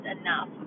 enough